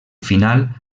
final